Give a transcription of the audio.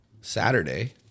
Saturday